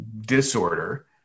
disorder